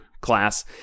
class